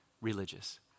Religious